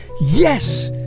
yes